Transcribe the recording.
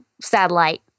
satellite